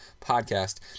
podcast